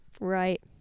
Right